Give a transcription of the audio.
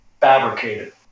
fabricated